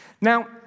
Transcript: Now